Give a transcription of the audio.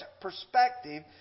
perspective